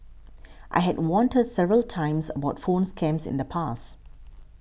I had warned her several times about phone scams in the past